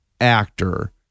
actor